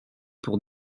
pour